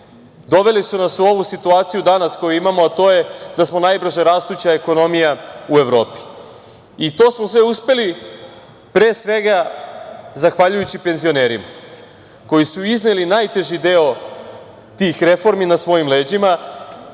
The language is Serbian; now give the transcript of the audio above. doveli su nas u ovu situaciju danas koju imamo, a to je da smo najbrže rastuća ekonomija u Evropi. To smo sve uspeli pre svega zahvaljujući penzionerima, koji su izneli najteži deo tih reformi na svojim leđima.